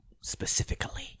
specifically